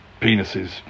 penises